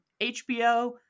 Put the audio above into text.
HBO-